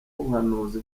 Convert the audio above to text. ubuhanuzi